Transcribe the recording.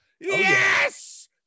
Yes